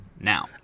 now